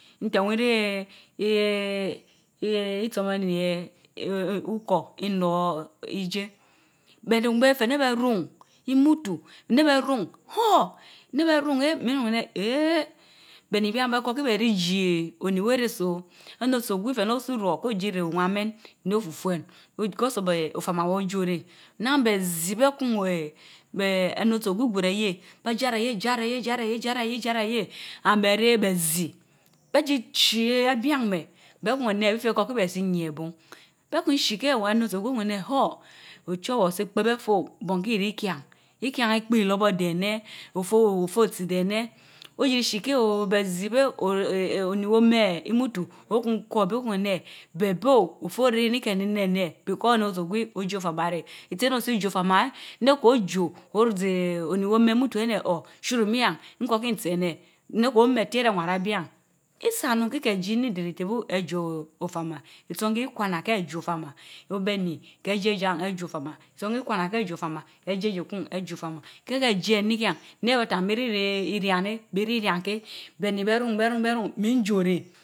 Nten weh nneh eeeh eeh orsormoni eeeh ukor, nnor ijie beh run beh feh neh beh nun imutu, neh beh num huh!, neh beh nun ye min nun eneh eeeh, beh nii bien, beh keh keh ebii jii oniwereh so anetu ogwi fehneh osi ro, koji reh owan mehn niofufuen with because of eeen ofama weh ojoneh naan beezii beh nun eeeh eeh aneutu gwi gwereye, beh jarayie, jarayie, jaratie, jarayie jarayie and beh reh beh zii. Beh jii chi eeh abian meh beh nun nun eneh ebifeh kor keh beh ziye abun beh kun chii keh weh aneutu ogwi okun ruun neh anor huh! ochowor osii kpeb afeh o, bonkeh keh ikien ikien ikpiri lorbor deneh ofeh ofeh otsi deneh, oyii chi keh oo behzii beh o eeh. oni weh omeh imutu, okun kor obeh okun ruun eneh beh beyoo feh oreh iniken eneeh eneeh because enchtu gwi ijiijo ofama reh, itie oh ozi jo ofoma heh ko jo ozeh oni weh omeh imutu weh aneh or chutu miyen, nkor kii ntii éneh neh ko meh tiereh warah abian, isa onun kikeh ji ineh iteriteh bu ejo ofama, isaan kii kwana keh jo ofama obeni. ke jie jian ejo ofama, itsan kii kwana kewo ofama ejie jeh kan ejo ofama, key keh jie innikien, neh atan mii rii reh eeeh Irian neh, bii ri Irian keh beh nii beh ruun, beh ruun, miin jo reh